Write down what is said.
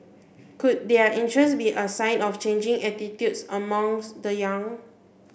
could their interest be a sign of changing attitudes amongst the young